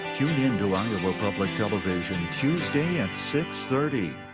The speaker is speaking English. tune in to iowa public television tuesday at six thirty.